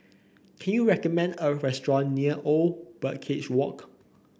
can you recommend a restaurant near Old Birdcage Walk